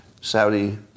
Saudi